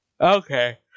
Okay